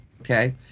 Okay